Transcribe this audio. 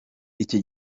icyo